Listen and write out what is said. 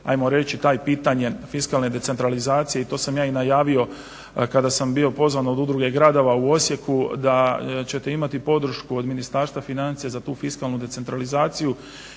ajmo reći to pitanje fiskalne decentralizacije i to sam ja i najavio kada sam bio pozvan od Udruge gradova u Osijeku da ćete imati podršku od Ministarstva financija za tu fiskalnu decentralizaciju